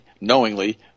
knowingly